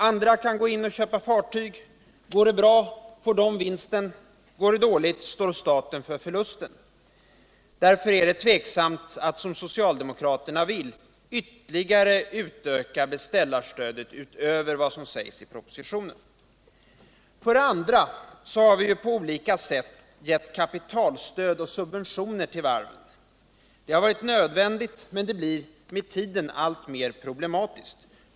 Andra kan gå in och köpa fartyg — går det bra får de vinsten, går det dåligt står staten för förlusten. Därför är det tveksamt att, som socialdemokraterna vill, ytterligare utöka beställarstödet utöver vad som sägs i propositionen. För det andra har vi på olika sätt givit kapitalstöd och subventioner till varven. Det har varit nödvändigt, men det blir med tiden alltmer problematiskt.